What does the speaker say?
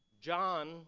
John